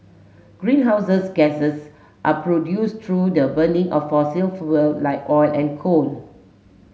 greenhouses gases are produced through the burning of fossil fuel like oil and coal